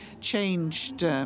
changed